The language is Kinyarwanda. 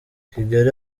kigali